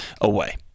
away